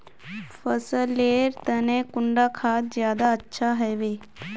फसल लेर तने कुंडा खाद ज्यादा अच्छा हेवै?